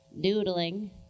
doodling